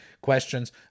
questions